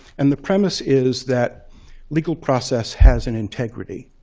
and the premise is that legal process has an integrity,